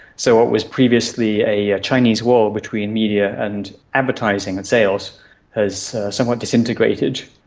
so what was previously a chinese wall between media and advertising and sales has somewhat disintegrated.